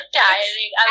tiring